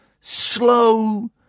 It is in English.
slow